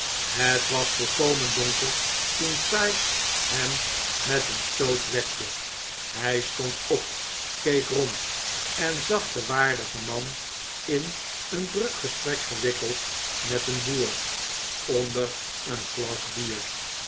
het was volkomen donker toen sikes hem met een stoot wekte hij stond op keek rond en zag den waardigen man in een druk gesprek gewikkeld met een boer onder een glas bier